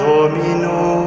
Domino